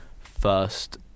first